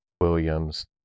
Williams